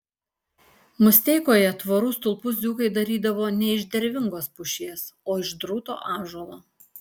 musteikoje tvorų stulpus dzūkai darydavo ne iš dervingos pušies o iš drūto ąžuolo